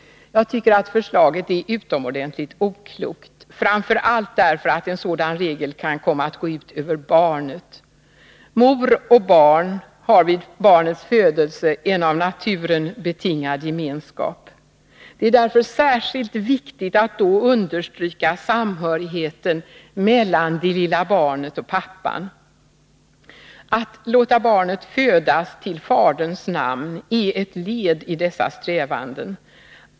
Jag tycker att förslaget är utomordentligt oklokt, framför allt därför att en sådan regel kan komma att gå ut över barnet. Mor och barn har vid barnets födelse en av naturen betingad gemenskap. Det är därför särskilt viktigt att då understryka samhörigheten mellan det lilla barnet och pappan. Att låta barnet födas till faderns namn är ett led i dessa strävanden.